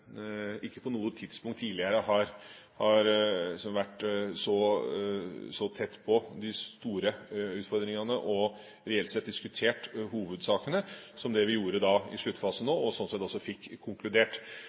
ikke på noe tidspunkt tidligere har vært så tett på de store utfordringene, og reelt sett diskutert hovedsakene, som vi var i sluttfasen